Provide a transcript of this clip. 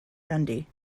dundee